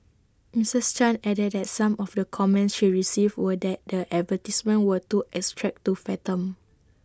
Mrs chan added that some of the comments she received were that the advertisements were too abstract to fathom